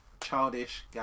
Childish